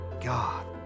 god